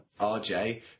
RJ